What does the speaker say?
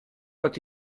quand